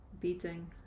beating